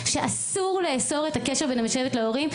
שאסור לאסור את הקשר בין המשלבת להורים.